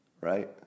right